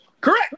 Correct